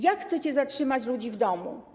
Jak chcecie zatrzymać ludzi w domu?